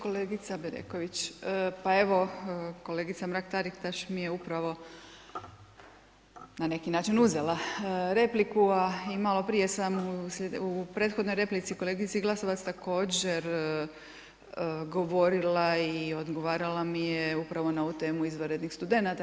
Kolegice Bedeković pa evo kolegica Mrak-Taritaš mi je upravo na neki način uzela repliku, a malo prije sam u prethodnoj replici kolegici Glasovac također govorila i odgovarala mi je upravo na ovu temu izvanrednih studenata.